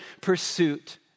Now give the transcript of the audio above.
pursuit